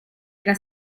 era